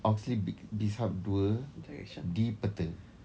Oxley bi~ Bizhub dua di peta